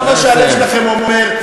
לעשות מה שהלב שלכם אומר,